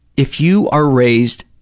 if you are raised